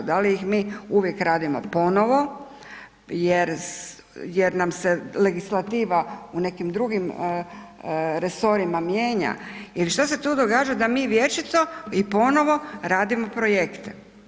Da li ih mi uvijek radimo ponovo jer nas se legislativa u nekim drugim resorima mijenja, ili što se tu događa da mi vječito i ponovo radimo projekte?